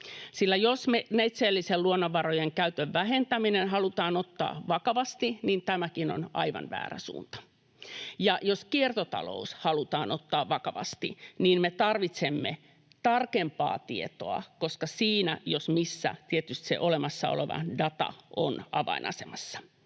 vakavasti neitseellisen luonnonvarojen käytön vähentäminen, niin tämäkin on aivan väärä suunta. Ja jos kiertotalous halutaan ottaa vakavasti, niin me tarvitsemme tarkempaa tietoa, koska siinä jos missä tietysti se olemassa oleva data on avainasemassa.